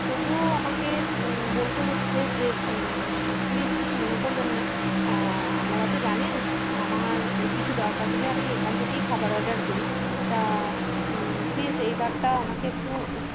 তবুও আমাকে বলতে হচ্ছে যে প্লিস কিছু মনে করবেন না আপনারা তো জানেন আমার কিছু দরকার হলে আমি এখান থেকেই খাবার অর্ডার করি তা প্লিস এইবারটা আমাকে একটু